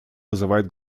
вызывает